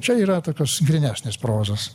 čia yra tokios grynesnės prozos